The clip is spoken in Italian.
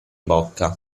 bocca